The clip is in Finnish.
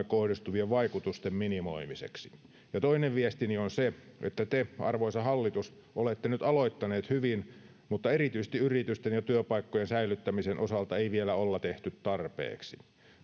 kohdistuvien vaikutusten minimoimiseksi toinen viestini on se että te arvoisa hallitus olette nyt aloittaneet hyvin mutta erityisesti yritysten ja työpaikkojen säilyttämisen osalta ei vielä olla tehty tarpeeksi